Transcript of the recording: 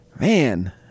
Man